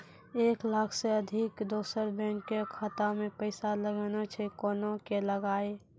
एक लाख से अधिक दोसर बैंक के खाता मे पैसा लगाना छै कोना के लगाए?